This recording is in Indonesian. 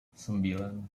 sembilan